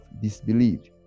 disbelieved